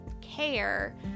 care